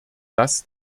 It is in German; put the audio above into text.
das